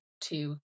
two